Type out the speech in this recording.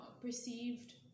perceived